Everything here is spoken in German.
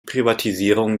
privatisierung